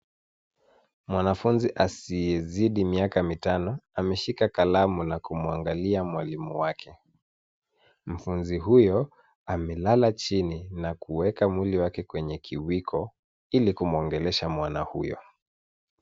Mwanafunzi asiyezidi miaka mitano, ameshika kalamu na kumwangalia mwalimu wake. Mfunzi huyo amelala chini, na kuweka mwili wake kwenye kiwiko, ili kumuongelesha mwana huyo.